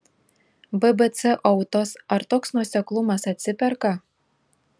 bbc autos ar toks nuoseklumas atsiperka